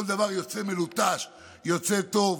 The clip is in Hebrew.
כל דבר יוצא מלוטש, יוצא טוב.